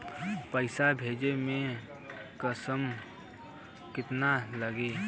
पैसा भेजे में कमिशन केतना लागि?